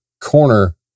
corner